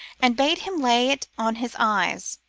and bade him lay it on his eyes.